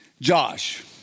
Josh